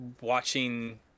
watching